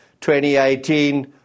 2018